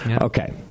Okay